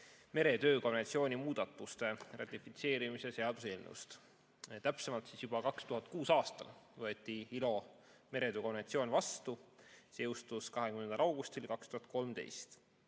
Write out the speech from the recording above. meretöö konventsiooni muudatuste ratifitseerimise seaduse eelnõust. Täpsemalt, juba 2006. aastal võeti ILO meretöö konventsioon vastu, see jõustus 20. augustil 2013.